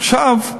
עכשיו,